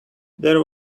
there